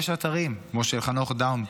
יש אתרים כמו של חנוך דאום.